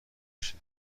بشه